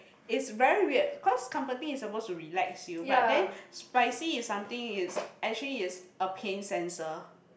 is very weird cause comforting is suppose to relax you but then spicy is something it's actually it's a pain sensor